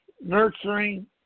nurturing